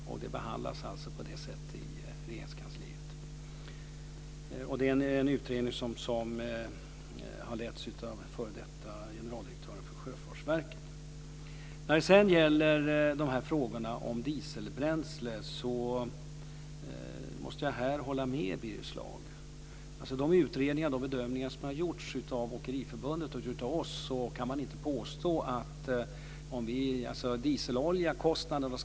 På det sättet behandlas alltså detta i Regeringskansliet. Utredningen har letts av f.d. generaldirektören för Sjöfartsverket. När det sedan gäller frågorna om dieselbränsle måste jag här hålla med Birger Schlaug. Kostnaden för och skatten på dieselolja ligger inte högst i Sverige. I Storbritannien och andra länder ligger den högre.